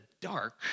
dark